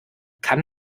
kann